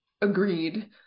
agreed